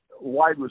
wide